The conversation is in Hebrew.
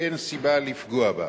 ואין סיבה לפגוע בה.